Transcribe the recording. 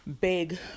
big